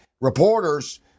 reporters